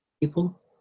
people